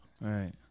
Right